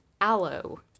aloe